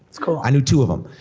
that's cool. i knew two of em,